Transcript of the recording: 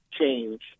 change